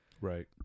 Right